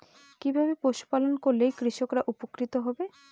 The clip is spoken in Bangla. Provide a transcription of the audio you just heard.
কিভাবে পশু পালন করলেই কৃষকরা উপকৃত হবে?